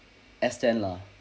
S ten lah